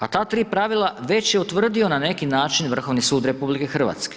A ta tri pravila već je utvrdio na neki način Vrhovni sud RH.